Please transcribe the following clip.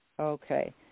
Okay